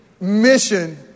mission